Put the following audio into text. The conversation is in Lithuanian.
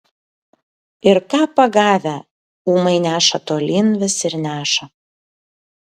ir ką pagavę ūmai neša tolyn vis ir neša